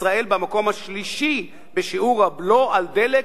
ישראל במקום השלישי בשיעור הבלו על דלק,